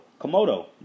Komodo